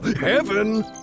heaven